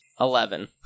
eleven